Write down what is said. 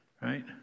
right